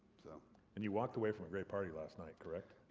so and you walked way from a great party last night, correct?